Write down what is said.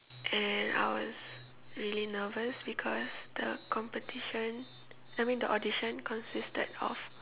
and I was really nervous because the competition I mean the audition consisted of